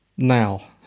Now